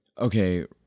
okay